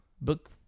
book